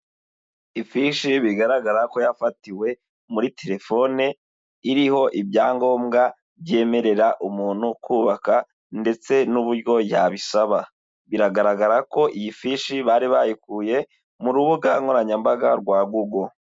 Ifishi bigaragara ko yafatiwe muri telefoni iriho ibyangombwa byemerera umuntu kubaka ndetse n'uburyo yabisaba. Biragaragara ko iyi fishi bari bayikuye mu rubuga nkoranyambaga rwa Google.